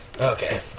Okay